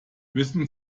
wissen